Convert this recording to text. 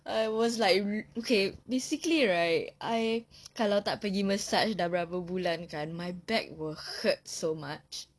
I was like okay basically right I kalau tak pergi massage sudah berapa bulan kan my back will hurt so much